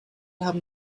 haben